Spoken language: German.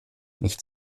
nicht